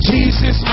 Jesus